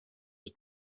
was